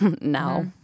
now